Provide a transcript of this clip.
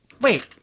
wait